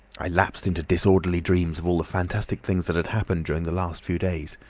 i lapsed into disorderly dreams of all the fantastic things that had happened during the last few days.